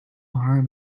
harm